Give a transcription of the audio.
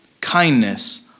kindness